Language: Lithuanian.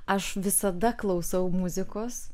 aš visada klausau muzikos